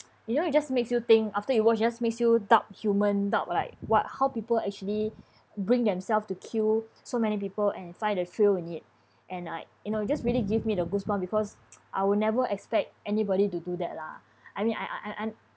you know it just makes you think after you watch just makes you doubt human doubt like what how people actually bring themselves to kill so many people and find the thrill in it and I you know just really give me the goosebumps because I will never expect anybody to do that lah I mean I I I